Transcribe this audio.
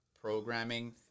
programming